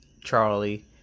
Charlie